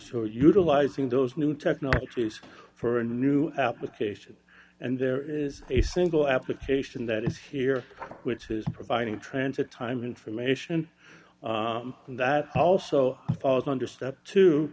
are utilizing those new technologies for a new application and there is a single application that is here which is providing transit time information and that also falls under step t